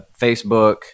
Facebook